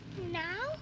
Now